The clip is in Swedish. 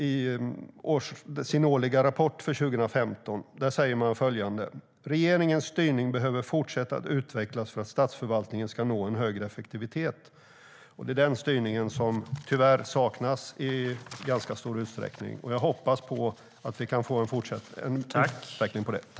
I sin årliga rapport för 2015 säger man följande: "Regeringens styrning behöver fortsätta att utvecklas för att statsförvaltningen ska nå högre effektivitet." Det är den styrningen som tyvärr saknas i ganska stor utsträckning. Jag hoppas att vi kan få en utveckling av det.